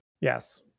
yes